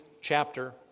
chapter